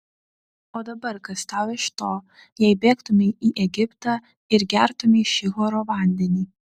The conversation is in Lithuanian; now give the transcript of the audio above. o dabar kas tau iš to jei bėgtumei į egiptą ir gertumei šihoro vandenį